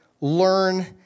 learn